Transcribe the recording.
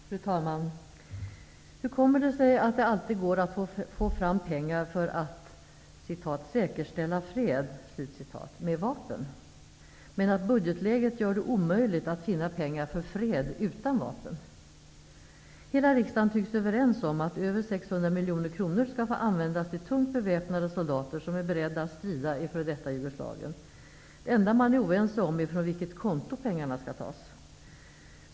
Fru talman! Hur kommer det sig att det alltid går att få fram pengar för att ''säkerställa fred'' med vapen men att budgetläget gör det omöjligt att finna pengar för fred utan vapen? Hela riksdagen tycks överens om att över 600 miljoner kronor skall få användas till tungt beväpnade soldater, som är beredda att strida i f.d. Jugoslavien. Det enda man är oense om är från vilket konto pengarna skall tas.